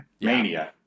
Mania